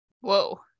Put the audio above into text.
Whoa